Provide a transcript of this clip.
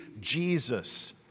jesus